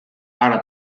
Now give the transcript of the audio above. ara